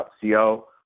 co